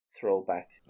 throwback